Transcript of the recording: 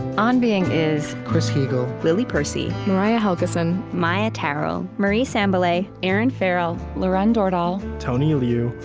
on being is chris heagle, lily percy, mariah helgeson, maia tarrell, marie sambilay, erinn farrell, lauren dordal, tony liu,